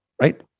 Right